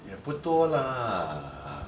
也不多 lah